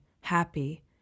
happy